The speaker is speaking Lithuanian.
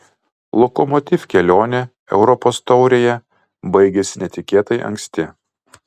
lokomotiv kelionė europos taurėje baigėsi netikėtai anksti